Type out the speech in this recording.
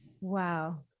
Wow